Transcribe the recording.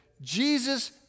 Jesus